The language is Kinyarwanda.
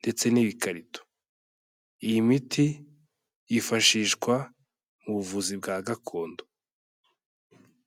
ndetse n'ibikarito, iyi miti yifashishwa mu buvuzi bwa gakondo.